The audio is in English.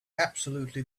absolutely